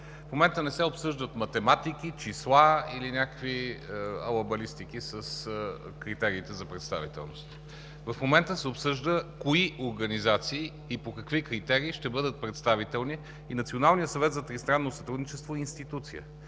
В момента не се обсъждат математики, числа или някакви алабалистики с критериите за представителност. В момента се обсъжда кои организации и по какви критерии ще бъдат представителни. Националният съвет за тристранно сътрудничество е институция